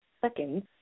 seconds